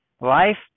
Life